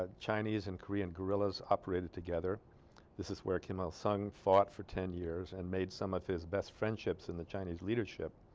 ah chinese and korean guerrillas operated together this is where kim il sung fought for ten years and made some of his best friendships in the chinese leadership